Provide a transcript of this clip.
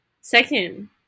Second